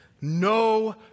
No